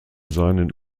seinen